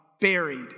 buried